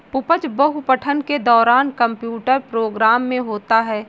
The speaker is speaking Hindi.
उपज बहु पठन के दौरान कंप्यूटर प्रोग्राम में होता है